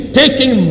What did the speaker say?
taking